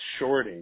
shorting